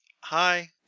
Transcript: Hi